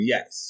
Yes